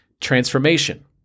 transformation